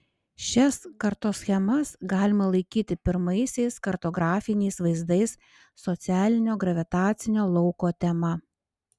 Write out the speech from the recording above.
šias kartoschemas galima laikyti pirmaisiais kartografiniais vaizdais socialinio gravitacinio lauko tema